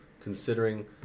considering